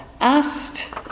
asked